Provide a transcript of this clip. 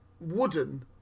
wooden